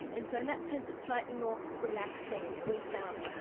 and so in that sense, it's slightly more relaxing, we found.